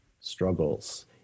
struggles